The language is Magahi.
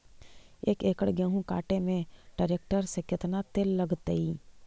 एक एकड़ गेहूं काटे में टरेकटर से केतना तेल लगतइ?